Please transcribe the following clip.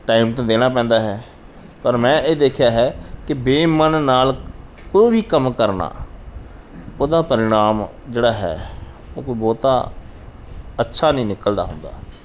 time ਤਾਂ ਦੇਣਾ ਪੈਂਦਾ ਹੈ ਪਰ ਮੈਂ ਇਹ ਦੇਖਿਆ ਹੈ ਕਿ ਬੇਮਨ ਨਾਲ ਕੋਈ ਵੀ ਕੰਮ ਕਰਨਾ ਉਹਦਾ ਪਰਿਣਾਮ ਜਿਹੜਾ ਹੈ ਉਹ ਕੋਈ ਬਹੁਤਾ ਅੱਛਾ ਨਹੀਂ ਨਿਕਲਦਾ ਹੁੰਦਾ